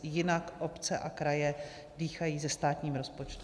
Jinak obce a kraje dýchají se státním rozpočtem.